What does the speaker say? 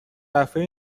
دفعه